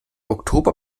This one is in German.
oktober